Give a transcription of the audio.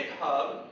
GitHub